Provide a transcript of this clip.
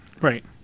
right